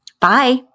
Bye